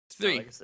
Three